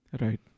Right